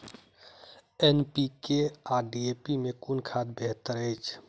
NPK आ DAP मे कुन खाद बेहतर अछि?